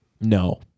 no